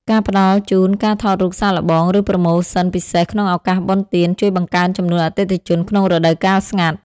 ការផ្ដល់ជូនការថតរូបសាកល្បង ឬប្រូម៉ូសិនពិសេសក្នុងឱកាសបុណ្យទាន ជួយបង្កើនចំនួនអតិថិជនក្នុងរដូវកាលស្ងាត់។